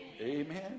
Amen